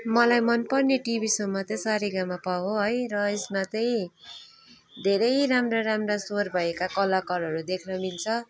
मलाई मनपर्ने टिभी सोमा चाहिँ सारेगमप हो है र यसमा चाहिँ धेरै राम्रा राम्रा स्वर भएका कलाकारहरू देख्नु मिल्छ